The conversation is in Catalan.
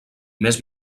més